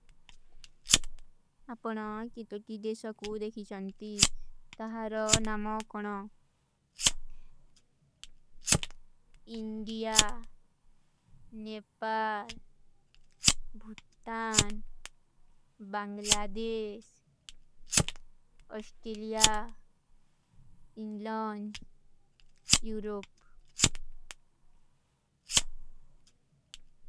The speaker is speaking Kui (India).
ଆପନା କିତୋଟୀ ଦେଶା କୋ ଦେଖୀ ଚାନତୀ, ତହାରା ନମା କନା। ଇଂଡିଯା, Nepal, Bhutan, Bangladesh, Australia, England, Europe.